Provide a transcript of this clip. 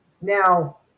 Now